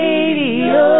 Radio